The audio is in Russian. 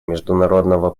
международного